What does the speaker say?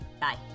Bye